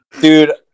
dude